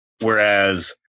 Whereas